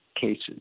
cases